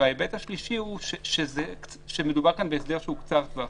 צריך לזכור שמדובר בהסדר שהוא קצר טווח.